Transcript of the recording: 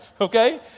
Okay